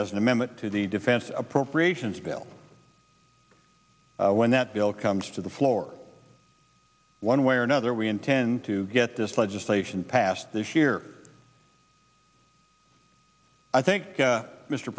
as an amendment to the defense appropriations bill when that bill comes to the floor one way or another we intend to get this legislation passed this year i think